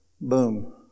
Boom